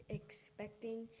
expecting